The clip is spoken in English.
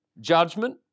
judgment